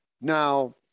Now